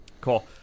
Cool